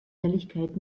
ehrlichkeit